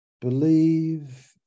believe